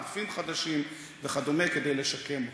אלופים חדשים וכדומה, כדי לשקם אותו.